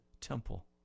temple